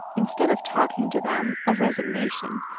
instead of talking to them of resignation,